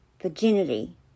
Virginity